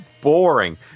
boring